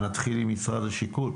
נתחיל עם משרד השיכון,